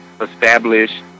establish